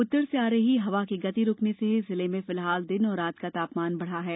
उत्तर से आ रही हवा की गति रुकने से जिले में फिलहाल दिन और रात का तापमान बढ़ा है